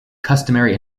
customary